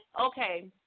okay